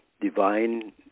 divine